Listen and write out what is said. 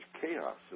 chaos